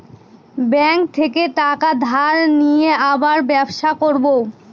bank থেকে টাকা ধার নিয়ে আবার ব্যবসা করবো